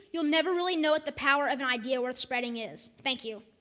you'll never really know what the power of an idea worth spreading is. thank you.